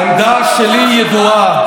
העמדה שלי ידועה.